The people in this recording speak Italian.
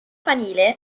campanile